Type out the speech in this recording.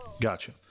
Gotcha